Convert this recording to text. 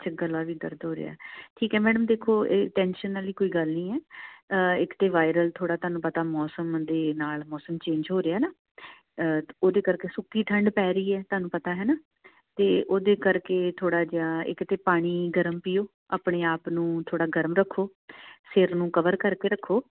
ਅੱਛਾ ਗਲਾ ਵੀ ਦਰਦ ਹੋ ਰਿਹਾ ਠੀਕ ਹੈ ਮੈਡਮ ਦੇਖੋ ਇਹ ਟੈਂਸ਼ਨ ਵਾਲੀ ਕੋਈ ਗੱਲ ਨਹੀਂ ਹੈ ਇੱਕ ਤਾਂ ਵਾਇਰਲ ਥੋੜ੍ਹਾ ਤੁਹਾਨੂੰ ਪਤਾ ਮੌਸਮ ਦੇ ਨਾਲ ਮੌਸਮ ਚੇਂਜ ਹੋ ਰਿਹਾ ਨਾ ਉਹਦੇ ਕਰਕੇ ਸੁੱਕੀ ਠੰਢ ਪੈ ਰਹੀ ਹੈ ਤੁਹਾਨੂੰ ਪਤਾ ਹੈ ਨਾ ਅਤੇ ਉਹਦੇ ਕਰਕੇ ਥੋੜ੍ਹਾ ਜਿਹਾ ਇੱਕ ਤਾਂ ਪਾਣੀ ਗਰਮ ਪੀਓ ਆਪਣੇ ਆਪ ਨੂੰ ਥੋੜ੍ਹਾ ਗਰਮ ਰੱਖੋ ਸਿਰ ਨੂੰ ਕਵਰ ਕਰਕੇ ਰੱਖੋ